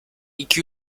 iki